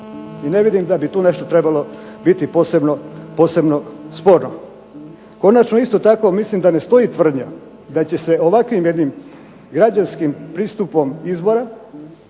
I ne vidim da bi tu nešto trebalo biti posebno sporno. Konačno isto tako mislim da ne stoji tvrdnja da će se ovakvim jednim građanskim pristupom izbora